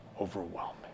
overwhelming